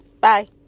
Bye